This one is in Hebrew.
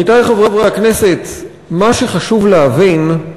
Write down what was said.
עמיתי חברי הכנסת, מה שחשוב להבין,